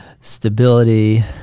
Stability